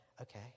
Okay